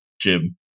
Jim